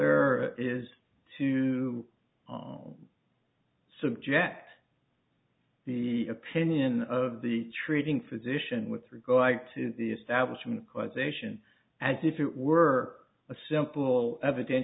error is to on the subject the opinion of the treating physician with regard to the establishment causation as if it were a simple evident